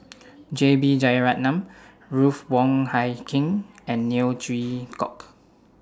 J B Jeyaretnam Ruth Wong Hie King and Neo Chwee Kok